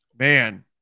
Man